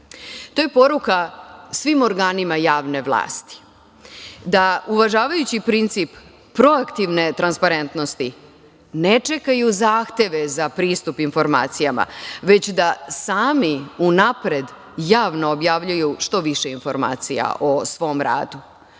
to je poruka svim organima javne vlasti da uvažavajući princip proaktivne transparentnosti ne čekaju zahteve za pristup informacijama, već da sami unapred, javno objavljuju što više informacija o svom radu. Druga